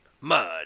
Mud